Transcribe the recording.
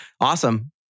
Awesome